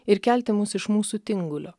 ir kelti mus iš mūsų tingulio